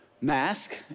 mask